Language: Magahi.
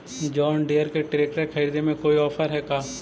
जोन डियर के ट्रेकटर खरिदे में कोई औफर है का?